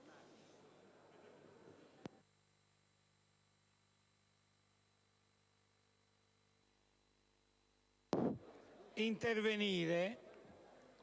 intervenire